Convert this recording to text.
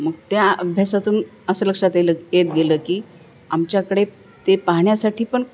मग त्या अभ्यासातून असं लक्षात आलं येत गेलं की आमच्याकडे ते पाहण्यासाठी पण